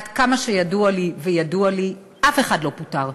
עד כמה שידוע לי, וידוע לי: אף אחד לא פוטר.